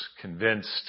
convinced